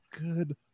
good